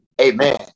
Amen